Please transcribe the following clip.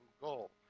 goal